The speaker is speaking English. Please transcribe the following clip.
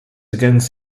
against